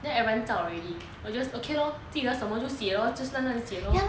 then everyone zao already 我 just okay lor 记得什么就写 lor just 乱乱写 lor